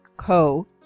co